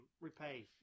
repay